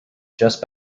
just